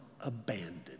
abandoned